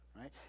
right